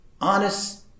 honest